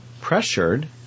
pressured